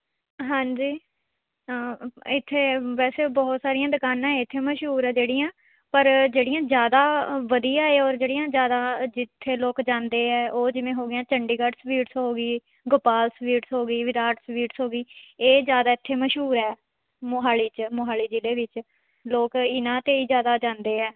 ਹਾਂਜੀ ਇੱਥੇ ਵੈਸੇ ਬਹੁਤ ਸਾਰੀਆਂ ਦੁਕਾਨਾਂ ਇੱਥੇ ਮਸ਼ਹੂਰ ਆ ਜਿਹੜੀਆਂ ਪਰ ਜਿਹੜੀਆਂ ਜ਼ਿਆਦਾ ਅ ਵਧੀਆ ਏ ਔਰ ਜਿਹੜੀਆਂ ਜ਼ਿਆਦਾ ਜਿੱਥੇ ਲੋਕ ਜਾਂਦੇ ਹੈ ਉਹ ਜਿਵੇਂ ਹੋ ਗਈਆਂ ਚੰਡੀਗੜ੍ਹ ਸਵੀਟਸ ਹੋ ਗਈ ਗੋਪਾਲ ਸਵੀਟਸ ਹੋ ਗਈ ਵਿਰਾਟ ਸਵੀਟਸ ਹੋ ਗਈ ਇਹ ਜ਼ਿਆਦਾ ਇੱਥੇ ਮਸ਼ਹੂਰ ਹੈ ਮੋਹਾਲੀ 'ਚ ਮੋਹਾਲੀ ਜ਼ਿਲ੍ਹੇ ਵਿੱਚ ਲੋਕ ਇਹਨਾਂ 'ਤੇ ਹੀ ਜ਼ਿਆਦਾ ਜਾਂਦੇ ਹੈ